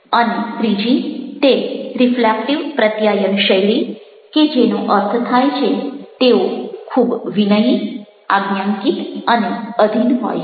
અને ત્રીજી તે રિફ્લેક્ટિવ પ્રત્યાયન શૈલી કે જેનો અર્થ થાય છે તેઓ ખૂબ જ વિનયી આજ્ઞાંકિત અને અધીન હોય છે